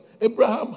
Abraham